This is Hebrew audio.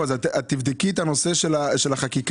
תבדקי את הנושא של החקיקה.